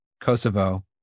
Kosovo